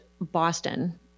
Boston